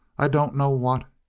i don't know what.